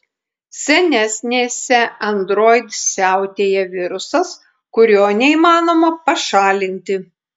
senesnėse android siautėja virusas kurio neįmanoma pašalinti